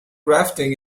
rafting